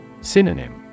Synonym